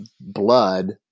blood